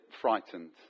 frightened